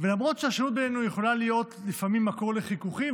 ולמרות שהשונות בינינו יכולה להיות לפעמים מקור לחיכוכים,